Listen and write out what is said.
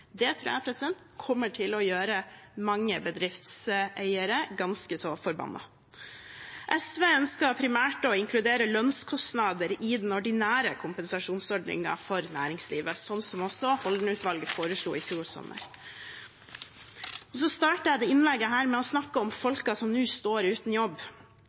Det tror jeg kommer til å gjøre mange bedriftseiere ganske så forbannet. SV ønsker primært å inkludere lønnskostnader i den ordinære kompensasjonsordningen for næringslivet, som også Holden-utvalget foreslo i fjor sommer. Jeg startet dette innlegget med å snakke om de folkene som nå står uten jobb.